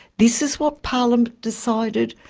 this is what parliament decided.